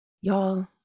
Y'all